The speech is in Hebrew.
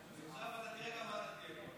עכשיו אתה תראה כמה אתה תהיה פה,